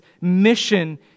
mission